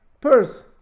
purse